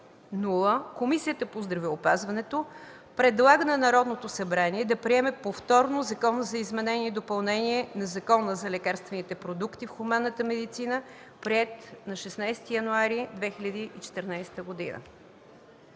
Комисията по здравеопазването предлага на Народното събрание да приеме повторно Закона за изменение и допълнение на Закона за лекарствените продукти в хуманната медицина, приет на 16 януари 2014 г.”